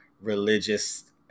religious